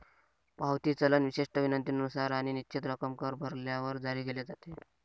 पावती चलन विशिष्ट विनंतीनुसार आणि निश्चित रक्कम कर भरल्यावर जारी केले जाते